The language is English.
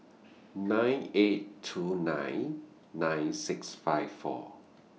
nine eight two nine nine six five four